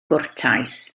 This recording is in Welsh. gwrtais